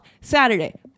saturday